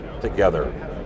together